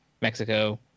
Mexico